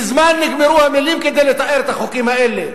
מזמן נגמרו המלים כדי לתאר את החוקים האלה.